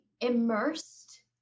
immersed